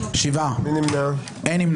הצבעה לא אושרו.